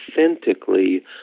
authentically